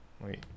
wait